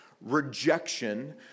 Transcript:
rejection